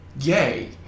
yay